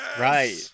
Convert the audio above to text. Right